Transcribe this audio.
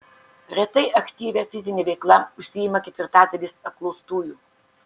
retai aktyvia fizine veikla užsiima ketvirtadalis apklaustųjų